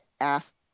asked